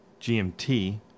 GMT